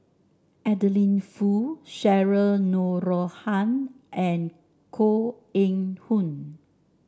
Adeline Foo Cheryl Noronha and Koh Eng Hoon